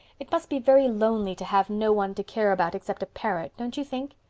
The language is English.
it must be very lonely to have no one to care about except a parrot, don't you think?